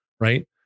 Right